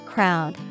Crowd